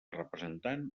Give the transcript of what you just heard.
representant